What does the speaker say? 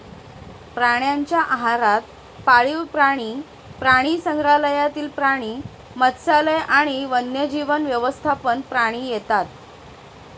प्राण्यांच्या आहारात पाळीव प्राणी, प्राणीसंग्रहालयातील प्राणी, मत्स्यालय आणि वन्यजीव व्यवस्थापन प्राणी येतात